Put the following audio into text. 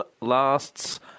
lasts